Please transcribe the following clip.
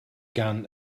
gan